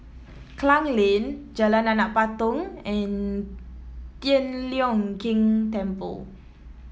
Klang Lane Jalan Anak Patong and Tian Leong Keng Temple